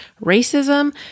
racism